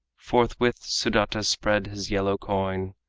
forthwith sudata spread his yellow coin.